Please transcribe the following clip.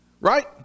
Right